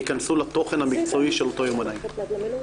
יכנסו לתוכן המקצועי של אותו יומנאי.